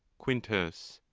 quintus.